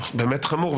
זה באמת חמור.